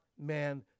man